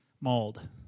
mauled